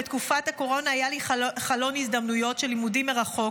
בתקופת הקורונה היה לי חלון הזדמנויות של לימודים מרחוק,